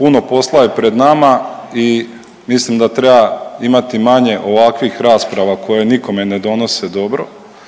puno posla je pred nama i mislim da treba imati manje ovakvih rasprava koje nikome ne donose dobro,